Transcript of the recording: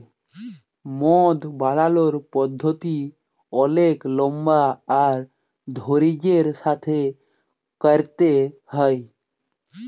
মদ বালালর পদ্ধতি অলেক লম্বা আর ধইর্যের সাথে ক্যইরতে হ্যয়